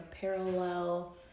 parallel